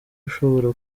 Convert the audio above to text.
nshobora